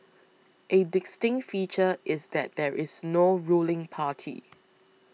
a distinct feature is that there is no ruling party